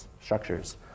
structures